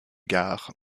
gare